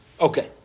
Okay